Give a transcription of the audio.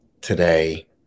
today